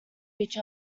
each